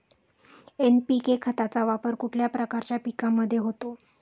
NPK खताचा वापर कुठल्या प्रकारच्या पिकांमध्ये होतो?